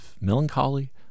melancholy